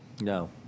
No